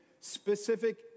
specific